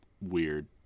weird